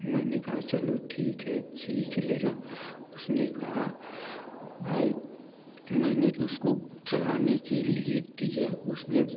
मैने कहा चलो ठीक है सीख लेना उसने कहा भाई मैंने उसको चलाने के लिए दिया उसने उसको